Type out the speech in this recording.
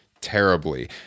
Terribly